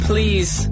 Please